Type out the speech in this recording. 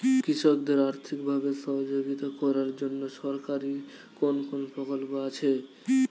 কৃষকদের আর্থিকভাবে সহযোগিতা করার জন্য সরকারি কোন কোন প্রকল্প আছে?